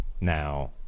now